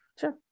sure